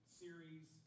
series